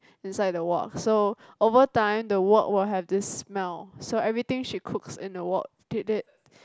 inside the wok so overtime the wok will have this smell so everything she cooks in the wok ta~ ta~